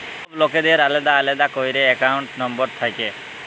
ছব লকের আলেদা আলেদা ক্যইরে একাউল্ট লম্বর থ্যাকে